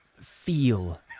feel